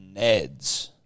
Neds